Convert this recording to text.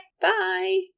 Bye